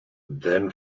then